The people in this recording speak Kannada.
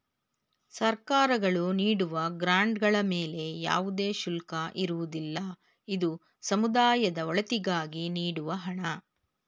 ಸರ್ಕಾರಗಳು ನೀಡುವ ಗ್ರಾಂಡ್ ಗಳ ಮೇಲೆ ಯಾವುದೇ ಶುಲ್ಕ ಇರುವುದಿಲ್ಲ, ಇದು ಸಮುದಾಯದ ಒಳಿತಿಗಾಗಿ ನೀಡುವ ಹಣ